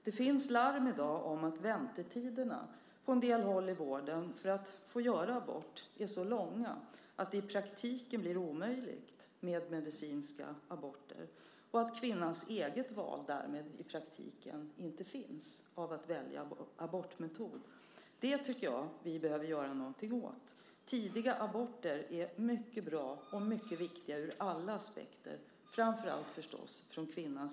Det finns larm i dag om att väntetiderna för att få göra abort är så långa på en del håll i vården att det i praktiken blir omöjligt med medicinska aborter och att kvinnans möjlighet att välja abortmetod därmed inte finns. Det tycker jag att vi behöver göra någonting åt. Tidiga aborter är mycket bra och mycket viktiga ur alla aspekter, framför allt förstås för kvinnan.